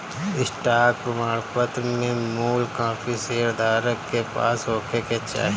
stock प्रमाणपत्र में मूल कापी शेयर धारक के पास होखे के चाही